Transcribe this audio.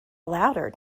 louder